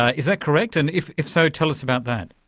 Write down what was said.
ah is that correct? and if if so, tell us about that.